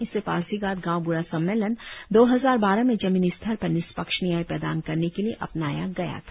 इसे पासीघाट गांव बूढ़ा सम्मेलन दो हजार बारह में जमीनी स्तर पर निष्पक्ष न्याय प्रदान करने के लिए अपनाया गया था